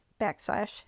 backslash